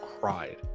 cried